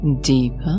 deeper